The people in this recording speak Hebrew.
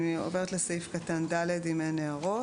אני עוברת לסעיף קטן (ד), אם אין הערות.